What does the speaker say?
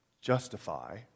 justify